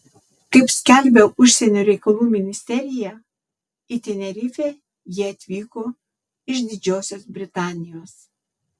kaip skelbia užsienio reikalų ministerija į tenerifę jie atvyko iš didžiosios britanijos